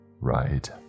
right